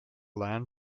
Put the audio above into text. land